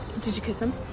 did you kiss him?